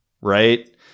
Right